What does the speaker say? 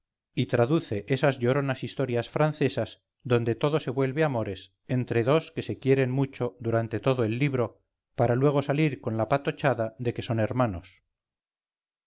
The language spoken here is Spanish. y traduce esas lloronas historias francesas donde todo se vuelve amores entre dos que se quieren mucho durante todo el libro para luego salir con la patochada de que son hermanos